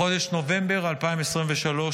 בחודש נובמבר 2023,